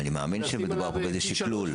אני מאמין שמדובר פה באיזה שקלול.